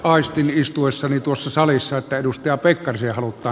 aistin istuessani tuossa salissa että edustaja pekkarisella mutta